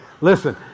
Listen